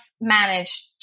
managed